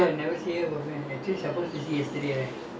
ashokan என்ன செஞ்சா உங்களே:enna senjaa ungalae